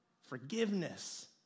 forgiveness